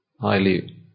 highly